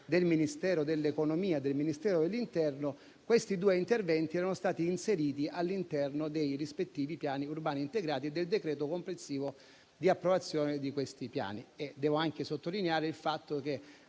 del Ministero dell'economia e delle finanze e del Ministero dell'interno, questi due interventi erano stati inseriti all'interno dei rispettivi piani urbani integrati e del decreto complessivo di approvazione dei citati piani. Vorrei altresì sottolineare il fatto che